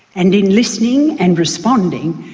and in listening and responding,